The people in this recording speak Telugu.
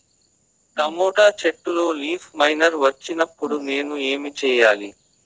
టమోటా చెట్టులో లీఫ్ మైనర్ వచ్చినప్పుడు నేను ఏమి చెయ్యాలి?